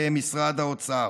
משרד האוצר,